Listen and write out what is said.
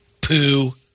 poo